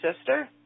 sister